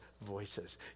voices